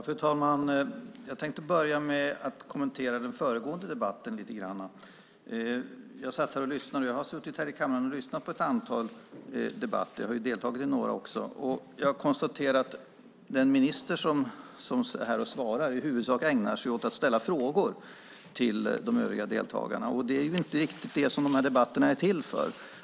Fru talman! Jag tänkte börja med att kommentera den föregående debatten lite grann. Jag har suttit här i kammaren och lyssnat på ett antal debatter, och jag har också deltagit i några. Jag konstaterar att den minister som är här för att svara i huvudsak ägnar sig åt att ställa frågor till de övriga deltagarna. Det är ju inte riktigt det som de här debatterna är till för.